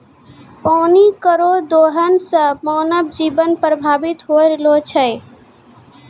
पानी केरो दोहन सें मानव जीवन प्रभावित होय रहलो छै